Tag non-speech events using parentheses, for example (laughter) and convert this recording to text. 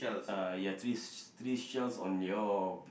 uh ya three (noise) three shells on your